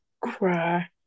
cry